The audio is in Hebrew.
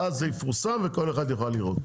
ואז זה יפורסם וכל אחד יוכל לראות.